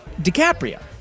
DiCaprio